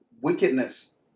wickedness